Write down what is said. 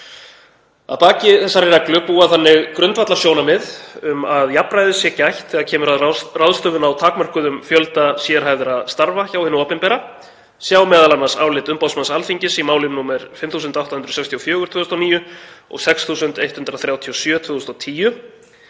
Að baki þessari reglu búa þannig grundvallarsjónarmið um að jafnræðis sé gætt þegar kemur að ráðstöfun á takmörkuðum fjölda sérhæfðra starfa hjá hinu opinbera, sbr. m.a. álit umboðsmanns Alþingis í málum nr. 5864/2009 og 6137/2010,